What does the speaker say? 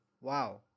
Wow